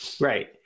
Right